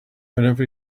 whenever